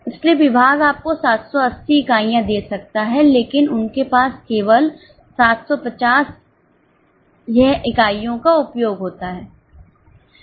इसलिए विभाग आपको 780 इकाइयां दे सकता है लेकिन उनके पास केवल 750यह इकाइयों का उपयोग होता है